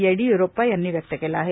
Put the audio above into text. येडिय्रप्पा यांनी व्यक्त केलं आहे